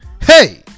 Hey